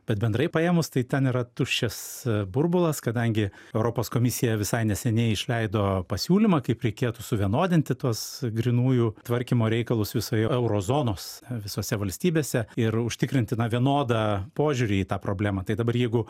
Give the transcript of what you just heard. bet bendrai paėmus tai ten yra tuščias burbulas kadangi europos komisija visai neseniai išleido pasiūlymą kaip reikėtų suvienodinti tuos grynųjų tvarkymo reikalus visoje euro zonos visose valstybėse ir užtikrinti ne vienodą požiūrį į tą problemą tai dabar jeigu